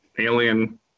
alien